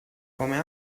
come